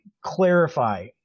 clarify